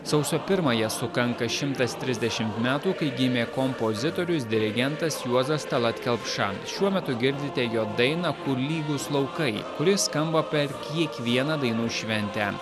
sausio pirmąją sukanka šimtas trisdešimt metų kai gimė kompozitorius dirigentas juozas tallat kelpša šiuo metu girdite jo dainą kur lygūs laukai kuri skamba per kiekvieną dainų šventę